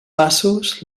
passos